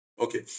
Okay